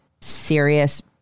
serious